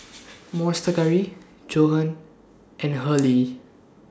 Monster Curry Johan and Hurley